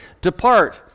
depart